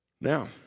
Now